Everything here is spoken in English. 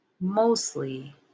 mostly